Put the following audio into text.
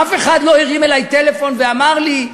אף אחד לא הרים אלי טלפון ואמר לי: